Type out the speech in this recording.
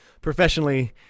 professionally